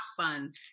fun